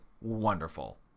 wonderful